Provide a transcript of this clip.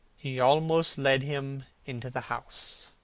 he almost led him into the house.